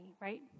right